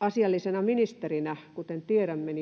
asiallisena ministerinä, kuten tiedämme,